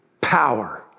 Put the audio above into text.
power